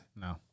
No